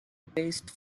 paste